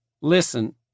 listen